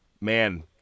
Man